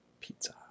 pizza